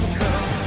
come